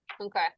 Okay